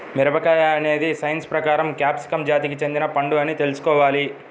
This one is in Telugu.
మిరపకాయ అనేది సైన్స్ ప్రకారం క్యాప్సికమ్ జాతికి చెందిన పండు అని తెల్సుకోవాలి